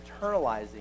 internalizing